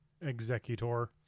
executor